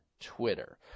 twitter